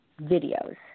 videos